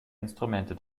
instrumente